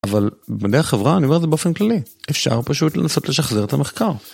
אבל בדרך חברה אני אומר את זה באופן כללי אפשר פשוט לנסות לשחזר את המחקר.